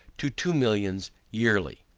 to two millions yearly.